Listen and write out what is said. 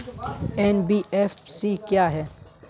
NBFC क्या है?